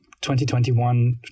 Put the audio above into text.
2021